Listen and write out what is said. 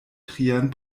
trian